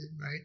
right